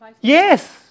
Yes